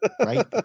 Right